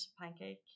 pancake